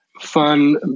fun